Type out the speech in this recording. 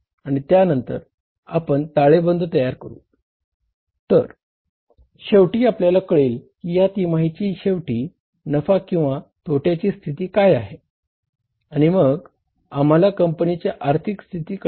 तर शेवटी आपल्याला कळेल की या तिमाहीच्या शेवटी नफा किंवा तोट्याची स्थिती काय आहे आणि मग आम्हाला कंपनीची आर्थिक स्थिती कळेल